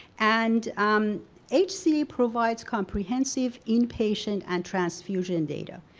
and um hca provides comprehensive inpatient and transfusion data.